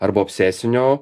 arba obsesinio